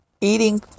eating